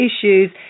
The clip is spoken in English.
issues